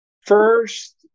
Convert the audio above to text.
first